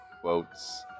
quotes